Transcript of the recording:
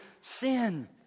sin